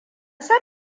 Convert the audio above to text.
san